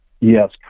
Yes